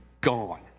gone